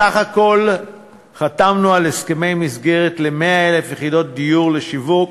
בסך הכול חתמנו על הסכמי מסגרת ל-100,000 יחידות דיור לשיווק